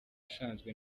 usanzwe